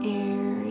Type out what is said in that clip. air